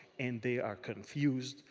and they are confused.